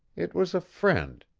it was a friend.